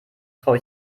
traue